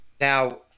Now